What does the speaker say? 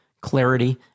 clarity